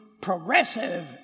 progressive